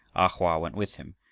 a hoa went with him,